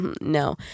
no